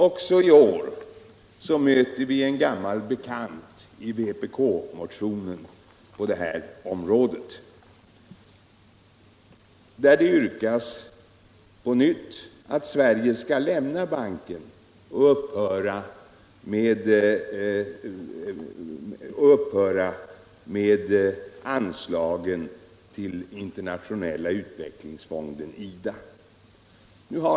Också i år möter vi en gammal bekant i vpk-motionen på detta område. I den yrkas det på nytt att Sverige skall lämna banken och upphöra med anslagen till Internationella utvecklingsfonden, IDA.